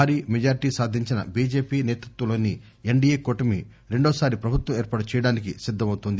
భారీ మెజార్టీ సాధించిన బిజెపి సేతృత్వంలోని ఎన్డిఎ కూటమి రెండో సారి ప్రభుత్వం ఏర్పాటు చేయడానికి సిద్దమవుతోంది